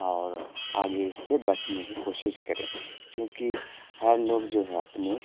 اور آگے سے بچنے کی کوشش کرے چونکہ ہر لوگ جو ہے اپنی